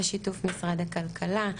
בשיתוף משרד הכלכלה,